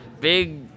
big